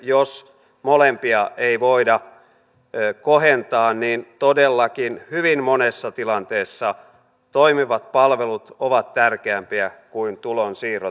jos molempia ei voida kohentaa niin todellakin hyvin monessa tilanteessa toimivat palvelut ovat tärkeämpiä kuin tulonsiirrot